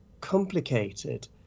complicated